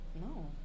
no